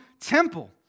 temple